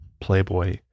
playboy